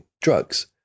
drugs